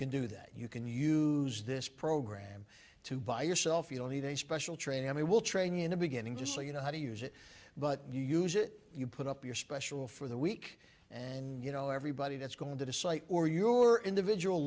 can do that you can use this program to buy yourself you don't need a special train and we will train in the beginning just so you know how to use it but you use it you put up your special for the week and you know everybody that's going to cite or your individual